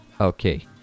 Okay